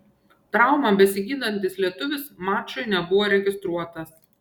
traumą besigydantis lietuvis mačui nebuvo registruotas